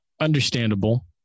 Understandable